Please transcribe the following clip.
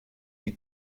die